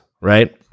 right